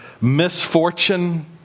misfortune